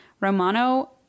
Romano